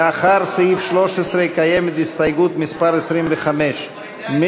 לאחר סעיף 13 קיימת הסתייגות מס' 25. היא